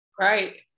Right